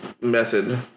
Method